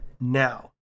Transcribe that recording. now